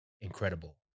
incredible